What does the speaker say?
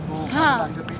!huh!